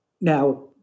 Now